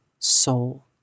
soul